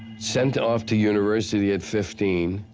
sent off to university at fifteen.